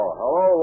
hello